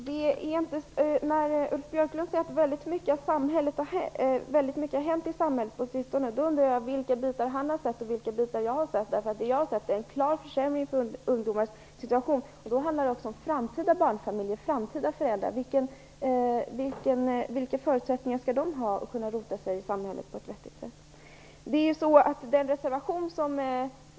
Herr talman! När Ulf Björklund säger att väldigt mycket har hänt i samhället på sistone undrar jag vilka bitar han har sett och vilka bitar jag har sett. Det jag har sett är en klar försämring för ungdomarnas situation. Det handlar här om framtida barnfamiljer och framtida föräldrar. Vilka förutsättningar skall de ha att kunna rota sig i samhället på ett vettigt sätt?